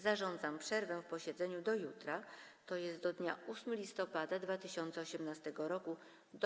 Zarządzam przerwę w posiedzeniu do jutra, tj. do dnia 8 listopada 2018 r., do